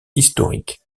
historique